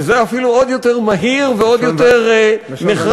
שזה אפילו עוד יותר מהיר ועוד יותר נחרץ.